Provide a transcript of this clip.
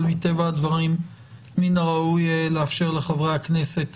מטבע הדברים מן הראוי לאפשר לחברי הכנסת